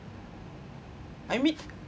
I meet